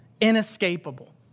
inescapable